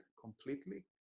Completely